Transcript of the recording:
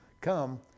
come